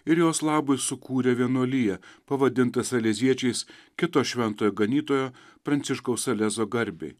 ir jos labui sukūrė vienuoliją pavadintas aleziečiais kito šventojo ganytojo pranciškaus salezo garbei